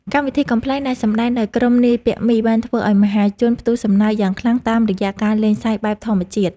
កម្មវិធីកំប្លែងដែលសម្តែងដោយក្រុមនាយពាក់មីបានធ្វើឱ្យមហាជនផ្ទុះសំណើចយ៉ាងខ្លាំងតាមរយៈការលេងសើចបែបធម្មជាតិ។